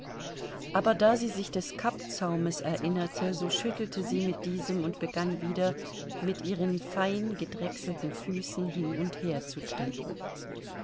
aber da sie sich des kappzaumes erinnerte so schüttelte sie mit diesem und begann wieder mit ihren fein gedrechselten füßen hin und her zu treten